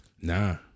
Nah